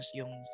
yung